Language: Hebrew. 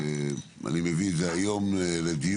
ולכן אני מביא את זה היום לדיון.